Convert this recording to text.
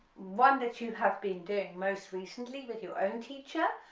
one that you have been doing most recently with your own teacher,